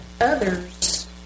others